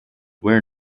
where